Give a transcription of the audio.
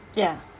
ya